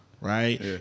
Right